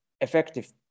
effective